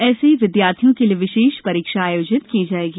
ऐसे विद्यार्थियों के लिये विशेष परीक्षा आयोजित की जाएगी